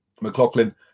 McLaughlin